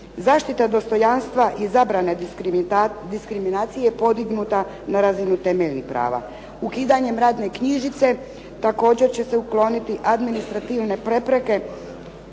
Zaštita dostojanstva i zabrana diskriminacije podignuta na razini temeljnih prava. Ukidanjem radne knjižice također se ukloniti administrativne prepreke